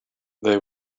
they